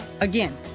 Again